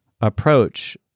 approach